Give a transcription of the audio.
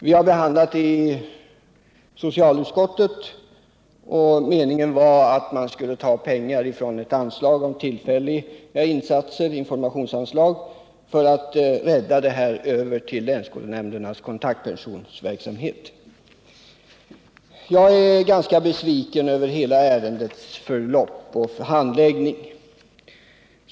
Vi har behandlat ärendet i socialutskottet, och meningen var heten att rädda över verksamheten till länsskolnämndernas kontaktpersonsverksamhet. Jag är ganska besviken över ärendets hela förlopp och handläggning.